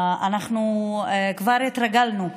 אנחנו כבר התרגלנו.